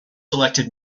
elected